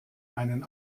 einen